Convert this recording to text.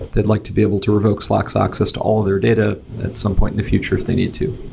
they'd like to be able to revoke slack's access to all their data at some point in the future if they need to.